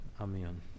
amen